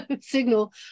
signal